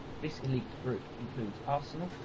this elite group includes arsenal,